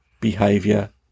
Behavior